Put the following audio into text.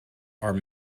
are